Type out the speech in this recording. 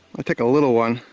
i'll take a little one.